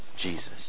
Jesus